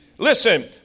Listen